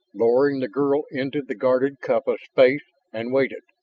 lowering the girl into the guarded cup of space, and waited.